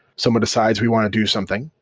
some of the sides we want to do something.